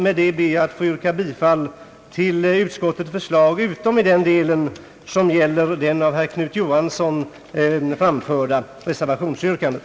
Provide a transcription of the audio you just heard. Med detta ber jag att få yrka bifall till utskottets förslag utom i den del som gäller det av herr Knut Johansson :framförda reservationsyrkandet.